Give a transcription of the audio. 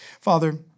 Father